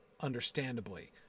understandably